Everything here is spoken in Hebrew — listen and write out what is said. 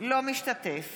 לא משתתף